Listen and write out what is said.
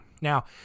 Now